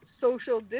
social